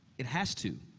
it has to,